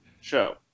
Show